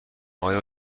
آقای